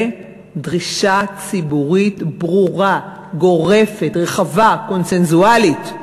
ודרישה ציבורית ברורה, גורפת, רחבה, קונסנזואלית,